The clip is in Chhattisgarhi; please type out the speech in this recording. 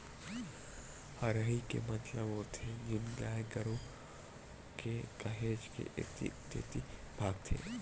हरही के मतलब होथे जेन गाय गरु ह काहेच के ऐती तेती भागथे